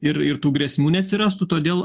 ir ir tų grėsmių neatsirastų todėl